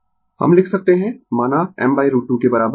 Refer Slide Time 1342 हम लिख सकते है माना m√2 के बराबर